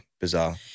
bizarre